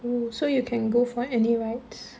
oh so you can go for any rides